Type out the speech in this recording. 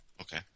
Okay